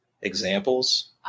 examples